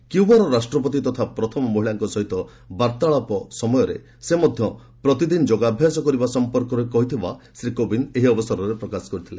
କ୍ୟୁବାର ରାଷ୍ଟପତି ତଥା ପ୍ରଥମ ମହିଳାଙ୍କ ସହିତ ବାର୍ତ୍ତାଳାପ ସମୟରେ ସେ ମଧ୍ୟ ପ୍ରତିଦିନ ଯୋଗାଭ୍ୟାସ କରିବା ସମ୍ପର୍କରେ କହିଛନ୍ତି ବୋଲି ଶ୍ରୀ କୋବିନ୍ଦ ଏହି ଅବସରରେ ପ୍ରକାଶ କରିଥିଲେ